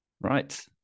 Right